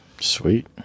Sweet